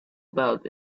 about